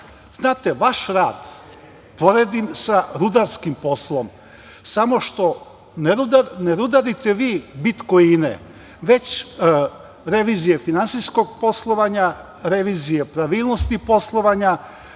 rad. Znate, vaš rad poredim sa rudarskim poslom, samo što ne rudarite vi bitkoine, već revizije finansijskog poslovanja, revizije pravilnosti poslovanja,